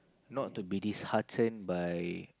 not to be disheartened by